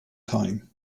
time